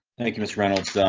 thank you, miss reynolds done.